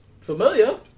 familiar